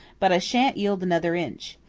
but i sha'n't yield another inch.